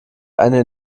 einen